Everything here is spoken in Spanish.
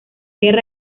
guerra